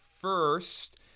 first